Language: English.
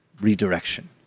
redirection